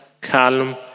calm